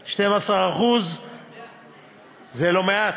12%. 100. זה לא מעט.